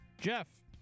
Jeff